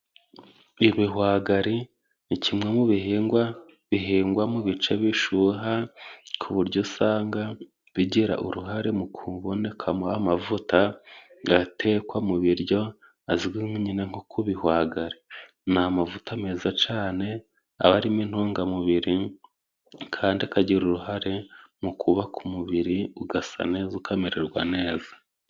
Ibihwagari ni kimwe mu bihingwa bihingwa mu bice bishuha ku buryo usanga bigira uruhare mu kubonekamo amavuta gatekwa mu biryo azwi nyina nko kubihwagari. Ni amavuta meza cane aba arimo intungamubiri kandi akagira uruhare mu kubaka umubiri ugasa neza ukamererwa neza.